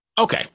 Okay